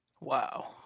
Wow